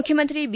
ಮುಖ್ಯಮಂತ್ರಿ ಬಿ